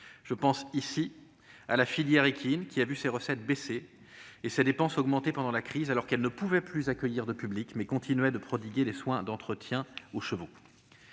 Ainsi, la filière équine a vu ses recettes baisser et ses dépenses augmenter pendant la crise, alors que, ne pouvant plus accueillir de public, elle continuait de prodiguer les soins d'entretien aux chevaux.